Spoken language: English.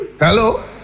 Hello